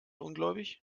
ungläubig